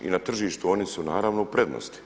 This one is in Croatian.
I na tržištu oni su naravno u prednosti.